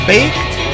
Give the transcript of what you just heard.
Baked